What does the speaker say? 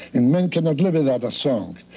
and men cannot live without a song.